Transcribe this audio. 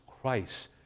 Christ